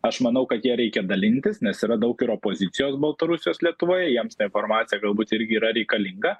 aš manau kad ja reikia dalintis nes yra daug ir opozicijos baltarusijos lietuvoje jiems ta informacija galbūt irgi yra reikalinga